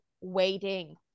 waiting